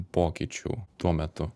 pokyčių tuo metu